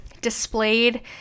displayed